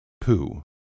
Pooh